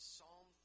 Psalm